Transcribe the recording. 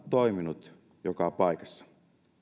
toiminut joka paikassa